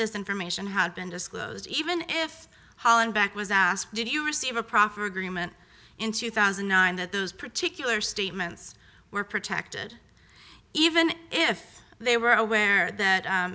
this information had been disclosed even if hollenbeck was asked did you receive a proffer agreement in two thousand and nine that those particular statements were protected even if they were aware that